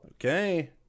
Okay